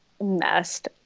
messed